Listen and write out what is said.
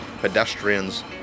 pedestrians